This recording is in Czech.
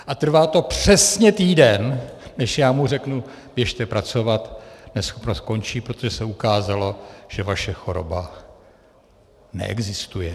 A trvá to přesně týden, než mu řeknu: běžte pracovat, neschopnost končí, protože se ukázalo, že vaše choroba neexistuje.